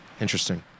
Interesting